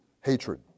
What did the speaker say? hatred